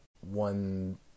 one